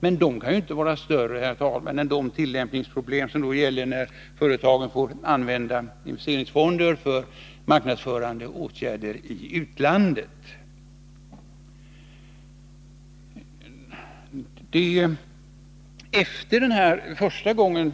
Men de tillämpningsproblemen, herr talman, kan inte vara större än de som uppstår när företagen får använda medel ur investeringsfonden för marknadsförande åtgärder i utlandet. Efter det att detta yrkande framfördes för första gången